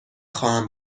خواهم